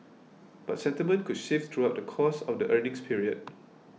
but sentiment could shift throughout the course of the earnings period